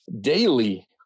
daily